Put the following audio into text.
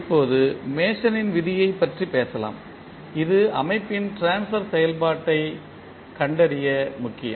இப்போது மேசனின் விதியைப் பற்றி பேசலாம் இது அமைப்பின் ட்ரான்ஸ்பர் செயல்பாட்டைக் கண்டறிய முக்கியம்